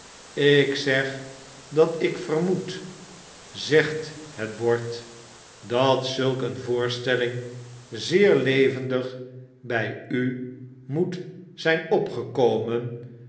ik zeg dat ik vermoed zegt het bord dat zulk een voorstelling zeer levendig by u moet zyn opgekomen